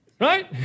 right